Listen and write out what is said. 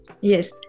Yes